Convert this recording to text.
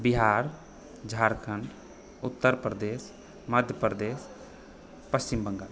Bihar Jharkhand Uttar Pradesh Madhya Pradesh Paschim Bengal